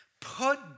Put